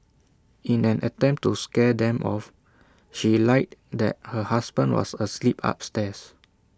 in an attempt to scare them off she lied that her husband was asleep upstairs